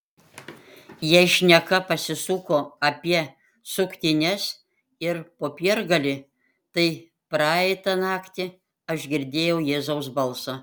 jei šneka pasisuko apie suktines ir popiergalį tai praeitą naktį aš girdėjau jėzaus balsą